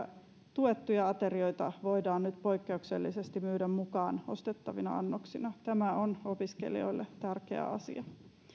tuettuja aterioita voidaan nyt poikkeuksellisesti myydä mukaan ostettavina annoksina tämä on opiskelijoille tärkeä asia